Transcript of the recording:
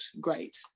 great